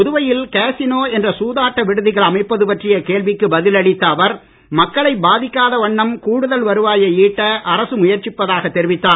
புதுவையில் கசினோ என்ற சூதாட்ட விடுதிகள் அமைப்பது பற்றிய கேள்விக்கு பதில் அளித்த அவர் மக்களை பாதிக்காத வண்ணம் கூடுதல் வருவாயை ஈட்ட அரசு முயற்சிப்பதாக தெரிவித்தார்